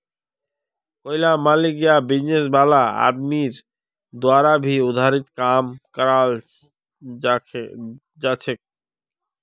कोईला मालिक या बिजनेस वाला आदमीर द्वारा भी उधारीर काम कराल जाछेक